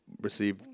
receive